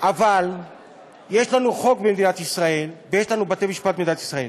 אבל יש לנו חוק במדינת ישראל ויש לנו בתי-משפט במדינת ישראל.